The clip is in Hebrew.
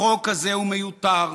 החוק הזה הוא מיותר,